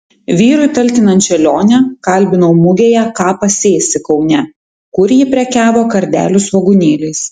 vyrui talkinančią lionę kalbinau mugėje ką pasėsi kaune kur ji prekiavo kardelių svogūnėliais